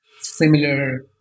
similar